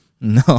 No